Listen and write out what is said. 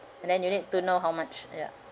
and then you need to know how much ya